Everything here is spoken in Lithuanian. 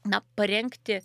na parengti